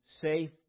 safe